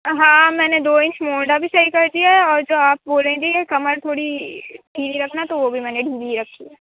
ہاں میں نے دو انچ موڈھا بھی صحیح کر دیا ہے اور جو آپ بولی تھیں کمر تھوڑی ڈھیلی رکھنا تو وہ بھی میں نے ڈھیلی رکھی ہے